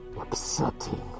upsetting